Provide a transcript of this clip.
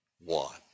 one